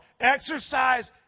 Exercise